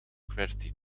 qwerty